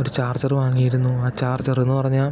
ഒരു ചാർജർ വങ്ങിയിരുന്നു ആ ചാർജറെന്ന് പറഞ്ഞാൽ